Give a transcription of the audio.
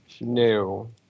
No